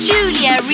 Julia